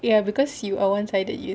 ya cause you're one sided is